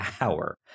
hour